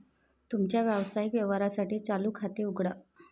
तुमच्या व्यावसायिक व्यवहारांसाठी चालू खाते उघडा